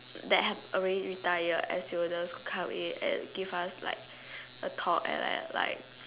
that have already retired air stewardess to come in and give us like a talk and like like